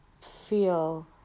feel